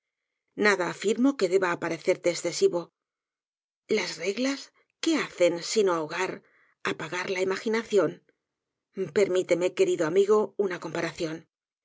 nada afirmo que deba aparecerte escesivo las reglas qué hacen sino ahogar apagar la imaginación permíteme querido amigo una comparación